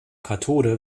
kathode